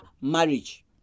marriage